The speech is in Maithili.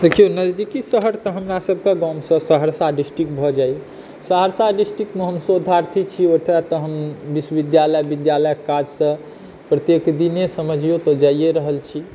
देखियो नज़दीकी शहर तऽ हमरासभके गामसे सहरसा डिस्ट्रिक्ट भऽ जाइया सहरसा डिस्ट्रिक्टमे हम शोधार्थी छी ओतऽ तऽ हम विश्वविद्यालय विद्यालयक काजसॅं प्रत्येक दिने समझियो तऽ जाइए रहल छी